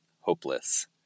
hopeless